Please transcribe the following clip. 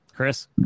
Chris